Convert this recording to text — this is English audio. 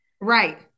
right